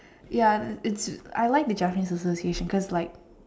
ya it's it's I like the Japanese association cause like